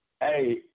Hey